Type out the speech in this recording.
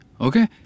okay